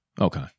Okay